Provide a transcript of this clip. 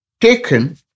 taken